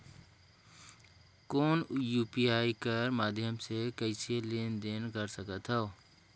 कौन यू.पी.आई कर माध्यम से कइसे लेन देन कर सकथव?